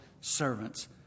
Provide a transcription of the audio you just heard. servants